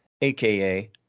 aka